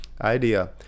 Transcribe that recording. idea